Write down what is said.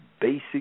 basic